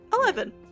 Eleven